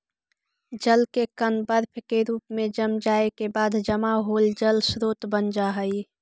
जल के कण बर्फ के रूप में जम जाए के बाद जमा होल जल स्रोत बन जा हई